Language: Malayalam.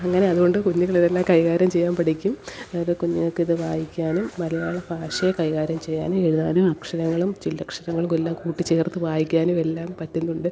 അങ്ങനെ അതുകൊണ്ട് കുഞ്ഞുങ്ങളിതെല്ലാം കൈകാര്യം ചെയ്യാൻ പഠിക്കും ഓരോ കുഞ്ഞുങ്ങൾക്കിത് വായിക്കാനും മലയാള ഭാഷയെ കൈകാര്യം ചെയ്യാനും എഴുതാനും അക്ഷരങ്ങളും ചില്ലക്ഷരങ്ങളും എല്ലാം കൂട്ടിച്ചേർത്ത് വായിക്കാനും എല്ലാം പറ്റുന്നുണ്ട്